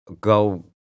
Go